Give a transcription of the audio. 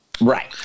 Right